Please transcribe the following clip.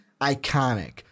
iconic